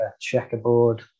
checkerboard